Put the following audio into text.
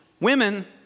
Women